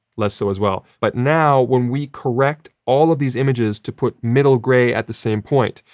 less so as well. but now, when we correct all of these images to put middle grey at the same point.